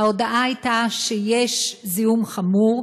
ההודעה הייתה שיש זיהום חמור,